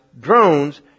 drones